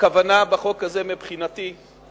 הכוונה בחוק הזה, מבחינתי,